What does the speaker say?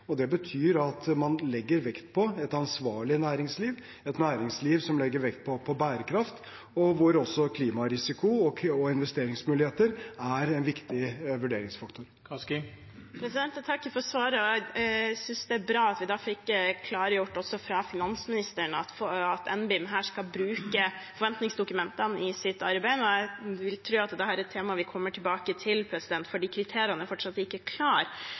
og det betyr at man legger vekt på et ansvarlig næringsliv, et næringsliv som legger vekt på bærekraft, og hvor også klimarisiko og investeringsmuligheter er en viktig vurderingsfaktor. Jeg takker for svaret og synes det er bra at vi fikk klargjort, også fra finansministeren, at NBIM skal bruke forventningsdokumentene i sitt arbeid. Jeg vil tro at dette er et tema vi kommer tilbake til, for kriteriene er fortsatt ikke